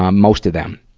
um most of them,